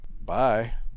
Bye